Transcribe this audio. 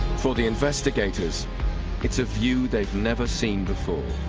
for the investigators it's a view they've never seen before